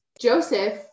Joseph